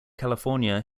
california